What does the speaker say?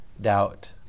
doubt